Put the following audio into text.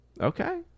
Okay